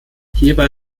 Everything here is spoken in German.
hierbei